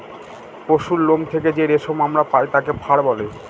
পশুরলোম থেকে যে রেশম আমরা পায় তাকে ফার বলে